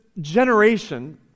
generation